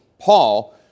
Paul